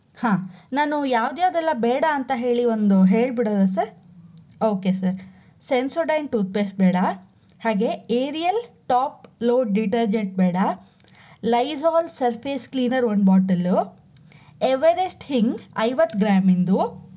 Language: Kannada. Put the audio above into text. ಹಾಂ ನಾನು ಯಾವ್ದ್ಯಾವ್ದೆಲ್ಲ ಬೇಡ ಅಂತ ಹೇಳಿ ಒಂದು ಹೇಳ್ಬಿಡೋದಾ sir okay sir Sensodyne toothpaste ಬೇಡ ಹಾಗೆ ಏರಿಯಲ್ ಟಾಪ್ ಲೋಡ್ ಡಿಟರ್ಜೆಂಟ್ ಬೇಡ ಲೈಝೋಲ್ ಸರ್ಫೇಸ್ ಕ್ಲೀನರ್ ಒಂದು ಬಾಟಲ್ಲು ಎವರೆಸ್ಟ್ ಹಿಂಗ್ ಐವತ್ತು ಗ್ರಾಮಿನದ